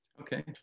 Okay